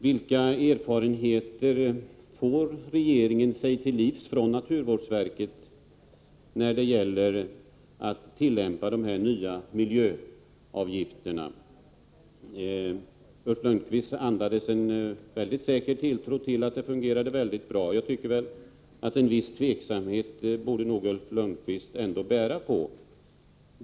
Vilka erfarenheter får regeringen sig till livs från naturvårdsverket när det gäller att tillämpa de här nya miljöavgifterna? Ulf Lönnqvist andades en mycket säker tilltro till att systemet fungerade väldigt bra, men en viss osäkerhet borde han nog ändå bära på.